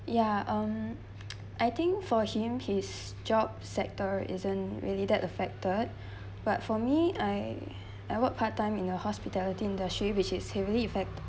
ya um I think for him his job sector isn't really that affected but for me I I work part-time in the hospitality industry which is heavily effect